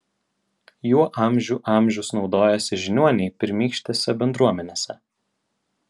juo amžių amžius naudojosi žiniuoniai pirmykštėse bendruomenėse